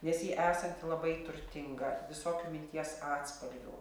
nes ji esanti labai turtinga visokių minties atspalvių